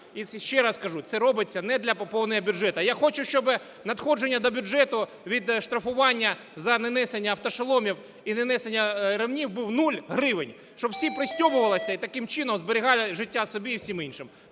І ще раз кажу: це робиться не для поповнення бюджету. Я хочу, щоби надходження до бюджету від штрафування за неносіння автошоломів і неносіння ременів був нуль гривень, щоб всі пристібалися і таким чином зберігали життя собі і всім іншим.